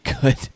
good